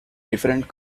different